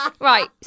right